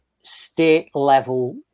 state-level